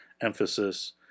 emphasis